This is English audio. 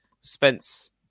Spence